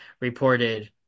reported